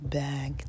back